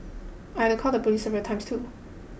I had to call the police several times too